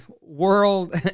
world